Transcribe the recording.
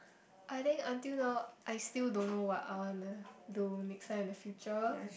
I think until now I still don't know what I wanna do next time in the future